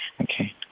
Okay